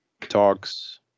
talks